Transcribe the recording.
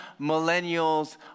millennials